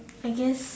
I guess